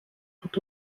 tout